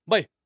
Bye